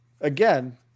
again